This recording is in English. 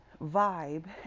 vibe